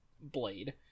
blade